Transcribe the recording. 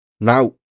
Now